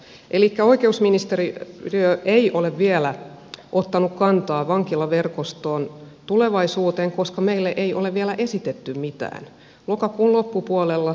elikkä oikeusministeriö ei ole vielä ottanut kantaa vankilaverkoston tulevaisuuteen koska meille ei ole vielä esitetty mitään